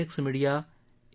x media A